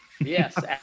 Yes